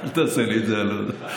אל תעשה לי את זה, אלון.